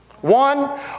One